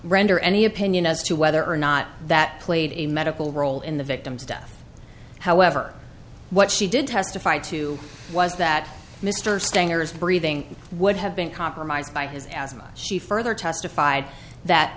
render any opinion as to whether or not that played a medical role in the victim's death however what she did testified to was that mr stener is breathing would have been compromised by his as much she further testified that